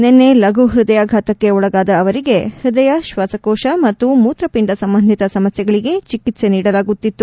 ನಿನ್ನೆ ಲಘು ಪ್ಟದಯಾಘಾತಕ್ಕೆ ಒಳಗಾದ ಅವರಿಗೆ ಪ್ಟದಯ ಶ್ವಾಸಕೋಶ ಮತ್ತು ಮೂತ್ರಪಿಂಡ ಸಂಬಂಧಿತ ಸಮಸ್ನೆಗಳಿಗೆ ಚಿಕಿತ್ತೆ ನೀಡಲಾಗುತ್ತಿತ್ತು